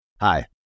Hi